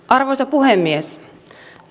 arvoisa puhemies